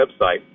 website